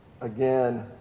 again